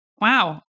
wow